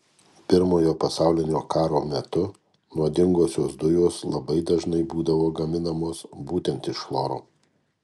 pirmojo pasaulinio karo metu nuodingosios dujos labai dažnai būdavo gaminamos būtent iš chloro